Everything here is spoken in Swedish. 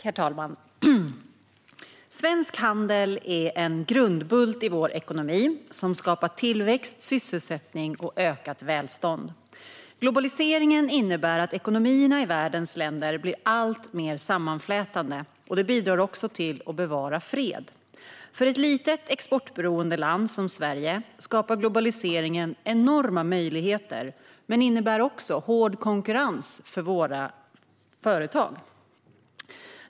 Herr talman! Svensk handel är en grundbult i vår ekonomi som skapar tillväxt, sysselsättning och ökat välstånd. Globaliseringen innebär att ekonomierna i världens länder blir alltmer sammanflätade och den bidrar också till att bevara fred. För ett litet exportberoende land som Sverige skapar globaliseringen enorma möjligheter, men den innebär också hård konkurrens för våra företag.